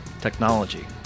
technology